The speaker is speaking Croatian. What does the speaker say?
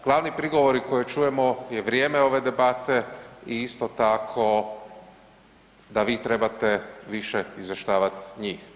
Glavni prigovori koje čujemo je vrijeme ove debate i isto tako da vi trebate više izvještavati njih.